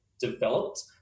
developed